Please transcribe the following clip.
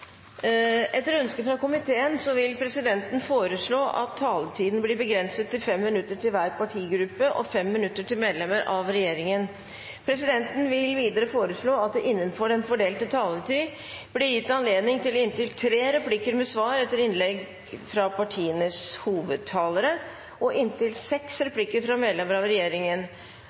Etter ønske fra næringskomiteen vil presidenten foreslå at taletiden blir begrenset til 5 minutter til hver partigruppe og 5 minutter til medlemmer av regjeringen. Videre vil presidenten foreslå at det – innenfor den fordelte taletid – blir gitt anledning til inntil tre replikker med svar etter innlegg fra partienes hovedtalere og inntil seks replikker med svar etter innlegg fra medlemmer av regjeringen,